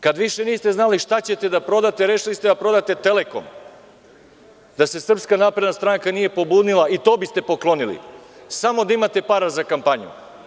Kada više niste znali šta ćete da prodate rešili ste da prodate Telekom, da se SNS nije pobunio i to biste poklonili samo da imate para za kampanju.